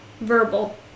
Verbal